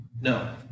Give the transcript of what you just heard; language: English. No